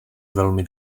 velmi